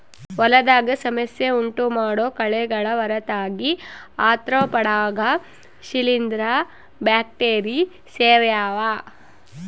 ಹೊಲದಾಗ ಸಮಸ್ಯೆ ಉಂಟುಮಾಡೋ ಕಳೆಗಳ ಹೊರತಾಗಿ ಆರ್ತ್ರೋಪಾಡ್ಗ ಶಿಲೀಂಧ್ರ ಬ್ಯಾಕ್ಟೀರಿ ಸೇರ್ಯಾವ